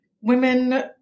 women